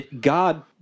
God